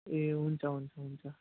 ए हुन्छ हुन्छ हुन्छ